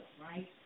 right